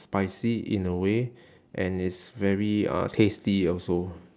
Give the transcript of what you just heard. spicy in a way and it's very uh tasty also